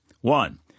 One